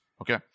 Okay